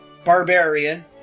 Barbarian